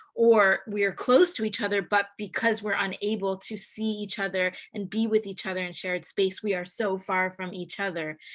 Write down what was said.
or we are close to each other, but because we're unable to see each other and be with each other in shared space, we are so far from each other.